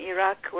Iraq